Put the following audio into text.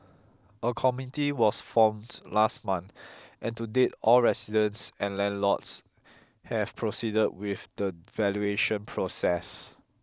a committee was formed last month and to date all residents and landlords have proceeded with the valuation process